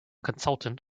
consultant